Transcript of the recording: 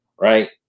right